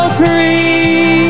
free